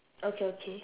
okay okay